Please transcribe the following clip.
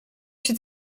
się